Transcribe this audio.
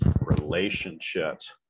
relationships